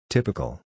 Typical